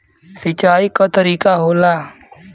सिंचाई क तरीका होला